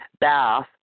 bath